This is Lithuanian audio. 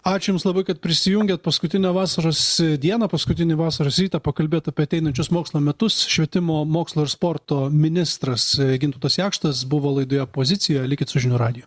ačiū jums labai kad prisijungėt paskutinę vasaros dieną paskutinį vasaros rytą pakalbėt apie ateinančius mokslo metus švietimo mokslo ir sporto ministras gintautas jakštas buvo laidoje pozicija likit su žinių radiju